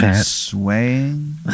Swaying